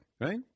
right